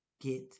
get